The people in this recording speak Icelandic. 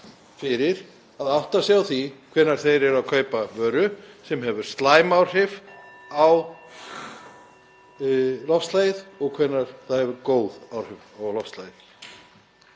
fyrir að átta sig á því hvenær þeir eru að kaupa vöru sem hefur slæm áhrif á loftslagið og hvenær varan hefur góð áhrif á loftslagið.